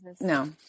No